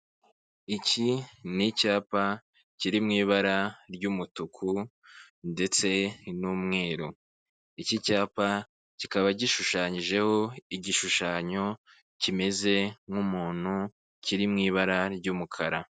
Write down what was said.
Iki ni icyapa kiri mu ibara ry'umutuku ndetse n'umweru. Iki cyapa kikaba gishushanyijeho igishushanyo kimeze nk'umuntu kiri mu ibara ry'umukara.